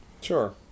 sure